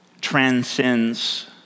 transcends